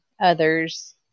others